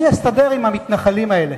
אני אסתדר עם המתנחלים האלה.